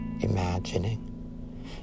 imagining